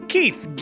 Keith